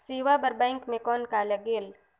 सेवा बर बैंक मे कौन का लगेल?